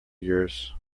years